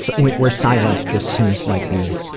so where silence just seems like the